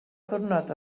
ddiwrnod